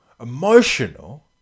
Emotional